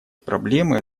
проблемы